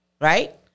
right